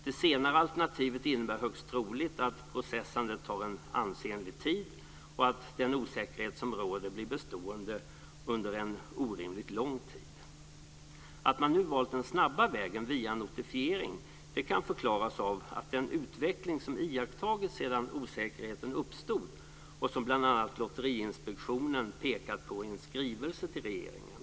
Det senare alternativet innebär högst troligt att processandet tar en ansenlig tid och att den osäkerhet som råder blir bestående under en orimligt lång tid. Att man nu valt den snabba vägen via notifiering kan förklaras av den utveckling som iakttagits sedan osäkerheten uppstod och som bl.a. Lotteriinspektionen pekat på i en skrivelse till regeringen.